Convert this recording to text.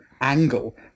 angle